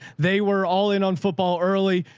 they were all in on football early.